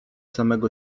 samego